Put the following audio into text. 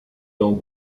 dans